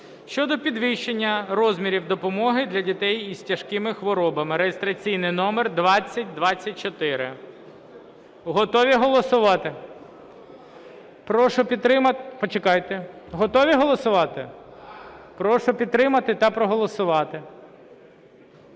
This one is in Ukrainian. щодо підвищення розмірів допомоги для дітей із тяжкими хворобами (реєстраційний номер 2024). Готові голосувати? Прошу підтримати… Почекайте.